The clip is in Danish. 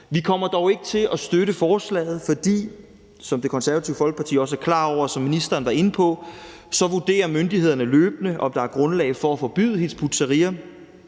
Vi kommer dog ikke til at støtte forslaget, fordi – som Det Konservative Folkeparti også er klar over, og som ministeren var inde på – myndighederne løbende vurderer, om der er grundlag for at forbyde Hizb ut-Tahrir,